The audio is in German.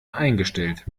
eingestellt